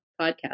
podcast